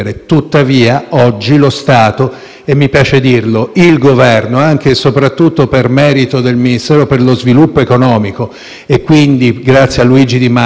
- mi piace dirlo - il Governo, anche soprattutto per merito del Ministero dello sviluppo economico, e quindi grazie a Luigi Di Maio, ha fatto sì che si realizzasse